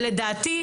לדעתי,